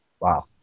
Wow